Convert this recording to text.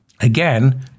Again